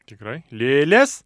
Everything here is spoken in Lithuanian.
tikrai lėlės